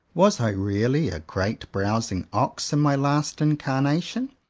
was i really a great browsing ox in my last incarnation,